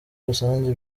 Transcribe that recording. rusange